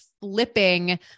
flipping